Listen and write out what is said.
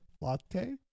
latte